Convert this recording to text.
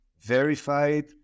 verified